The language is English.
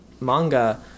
manga